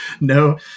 no